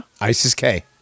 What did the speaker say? ISIS-K